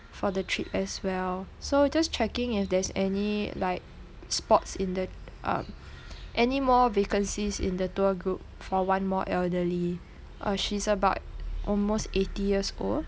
for the trip as well so just checking if there's any like spots in the um any more vacancies in the tour group for one more elderly uh she's about almost eighty years old